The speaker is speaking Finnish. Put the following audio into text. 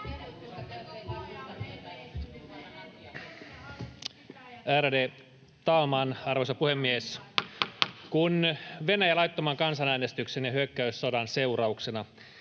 — Puhemies koputtaa] Kun Venäjä laittoman kansanäänestyksen ja hyökkäyssodan seurauksena